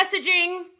messaging